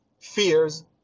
fears